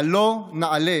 "עלה נעלה